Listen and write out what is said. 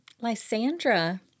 Lysandra